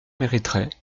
mériteraient